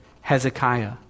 Hezekiah